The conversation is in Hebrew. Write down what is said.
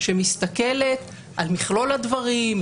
שמסתכלת על מכלול הדברים,